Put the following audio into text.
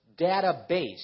database